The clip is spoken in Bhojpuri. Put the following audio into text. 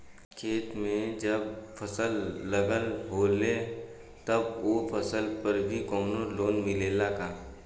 खेत में जब फसल लगल होले तब ओ फसल पर भी कौनो लोन मिलेला का?